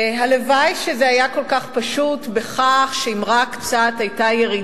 הלוואי שזה היה כל כך פשוט כך שאם היתה קצת ירידה